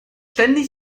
ständig